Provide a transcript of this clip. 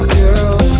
girl